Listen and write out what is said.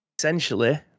essentially